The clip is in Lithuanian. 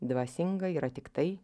dvasinga yra tik tai